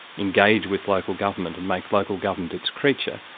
engage with local government and make local government its creature,